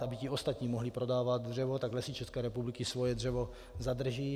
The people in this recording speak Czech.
Aby ti ostatní mohli prodávat dřevo, tak Lesy České republiky svoje dřevo zadrží.